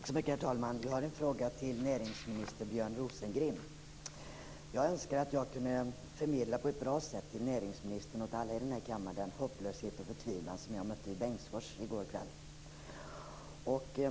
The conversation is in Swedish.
Herr talman! Jag har en fråga till näringsminister Björn Rosengren. Jag önskar att jag på ett bra sätt kunde förmedla till näringsministern och alla övriga här i kammaren den hopplöshet och förtvivlan som jag mötte i Bengtsfors i går kväll.